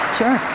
sure